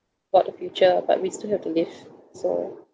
about the future but we still have to live so